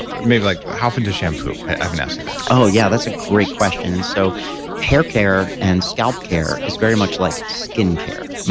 maybe like how often to shampoo? i haven't asked you that oh, yeah, that's a great question. and so hair care and scalp care is very much like skin care.